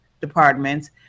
departments